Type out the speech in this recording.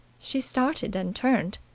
she started and turned,